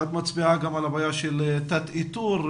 את מצביעה גם על הבעיה של תת איתור,